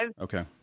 Okay